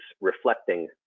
reflecting